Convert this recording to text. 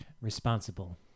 Responsible